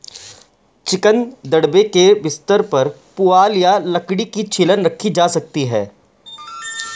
chicken दड़बे के बिस्तर पर पुआल या लकड़ी की छीलन रखी जा सकती है